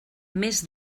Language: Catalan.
més